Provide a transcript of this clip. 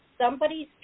somebody's